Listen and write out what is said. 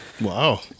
Wow